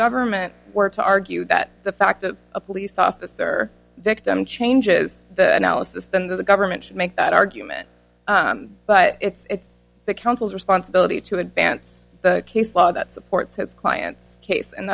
government were to argue that the fact that a police officer victim changes the analysis then the government should make that argument but it's the council's responsibility to advance the case law that supports his client's case and